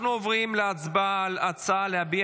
אנחנו עוברים להצבעה על ההצעה להביע